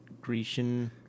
grecian